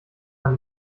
man